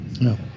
no